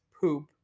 poop